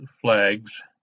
flags